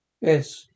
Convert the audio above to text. Yes